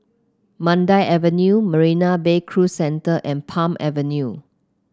Mandai Avenue Marina Bay Cruise Centre and Palm Avenue